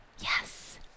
yes